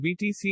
BTC